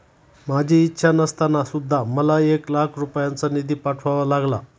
माझी इच्छा नसताना सुद्धा मला एक लाख रुपयांचा निधी पाठवावा लागला